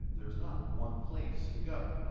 there is not one place to go.